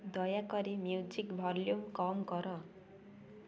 ଦୟାକରି music volume କମ୍ କର